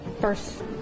first